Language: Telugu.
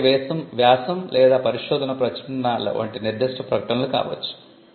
శాస్త్రీయ వ్యాసం లేదా పరిశోధన ప్రచురణ వంటి నిర్దిష్ట ప్రకటనలు కావచ్చు